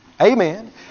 Amen